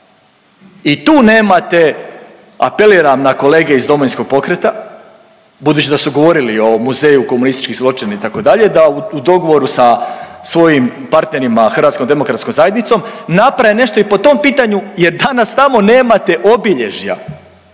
I tu nemate, apeliram na kolege iz Domovinskog pokreta budući da su govorili o muzeju komunističkih zločina itd. da u dogovoru sa svojim partnerima HDZ-om naprave nešto i po tom pitanju jer danas tamo nemate obilježja